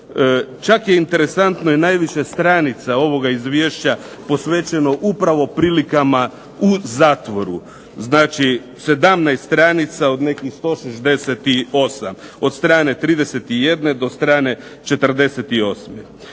Čak je interesantno jer najviše stranica ovoga izvješća posvećeno upravo prilikama u zatvoru. Znači, 17 stranica od nekih 168, od strane 31 do strane 48.